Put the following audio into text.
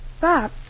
Bob